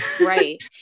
Right